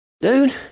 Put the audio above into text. dude